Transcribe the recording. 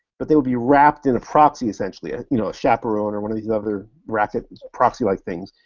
but they would be wrapped in a proxy, essentially, ah you know, a chaperone, or one of these other racket proxy-like things,